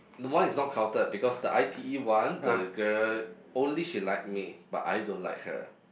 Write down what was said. no one is not counted because the i_t_e one the girl only she like me but I don't like her